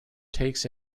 takes